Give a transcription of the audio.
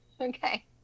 Okay